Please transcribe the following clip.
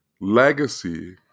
Legacy